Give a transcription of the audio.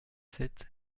sept